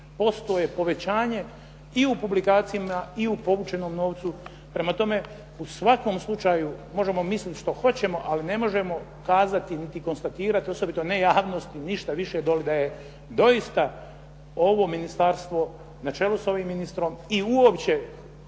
30% je povećanje i u publikacijama i u povućenom novcu. Prema tome, u svakom slučaju možemo misliti što hoćemo ali ne možemo kazati niti konstatirati, osobito ne javnosti ništa više doli da je doista ovo ministarstvo na čelu sa ovim ministrom i uopće